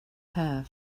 have